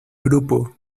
grupo